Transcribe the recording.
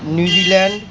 New Zealand